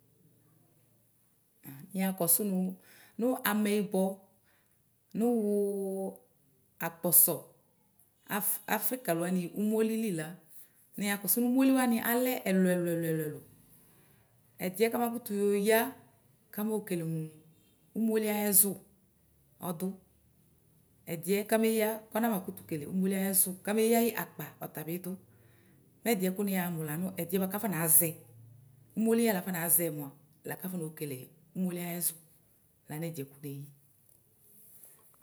Niya kɔsʋ nʋ nʋ amɛyibɔ nʋ wʋ akpɔsɔ afrikalʋ wanɩ ʋmolɩ lila niya kɔsʋ nʋ ʋmolɩ wanɩ lɛ ɛlʋ ɛlʋ ɛlʋ ɛdɩyɛ kʋ amakʋtʋyɔya kamokele mʋ ʋmolɩ ayʋ ɛzʋ ɔdʋ ɛdɩɛ kameya kʋ anama kʋtʋ kele ʋmolɩ ayʋ ɛzʋ kameya yɩ akpa ̧̌̈ɔtabidʋ mɛ ɛdɩɛ kʋ iyamu lanʋ ɛdɩɛ kʋ akɔnazɛ ʋmolɩ yalɛ akɔnazɛ mʋa̧ lakʋ afɔnayɔ kele ʋmolɩ ayʋ ɛzʋ lakʋ ney.